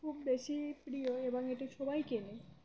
খুব বেশি প্রিয় এবং এটি সবাই কেনে